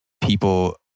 people